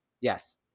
Yes